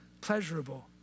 pleasurable